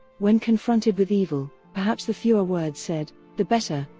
when confronted with evil, perhaps the fewer words said, the better,